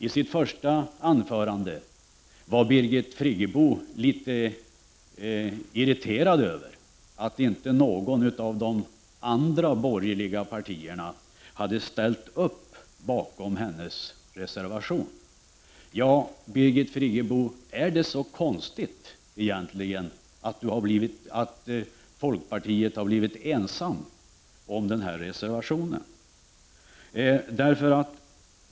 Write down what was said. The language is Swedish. I sitt första anförande var Birgit Friggebo litet irriterad över att inte något av de andra borgerliga partierna hade ställt upp bakom folkpartiets reservation. Är det så konstigt egentligen, Birgit Friggebo, att folkpartiet har blivit ensamt om denna reservation?